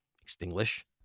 Extinguish